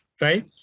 right